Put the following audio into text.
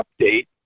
update